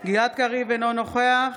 גלעד קריב, אינו נוכח